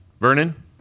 Vernon